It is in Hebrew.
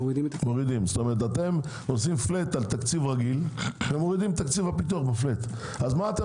מורידים תקציב הפיתוח בפלאט אז מה אתם